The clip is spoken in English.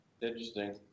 interesting